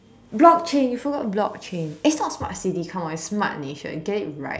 block chain so what block chain it's not smart city come on it's smart nation get it right